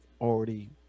already